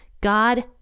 God